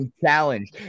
challenge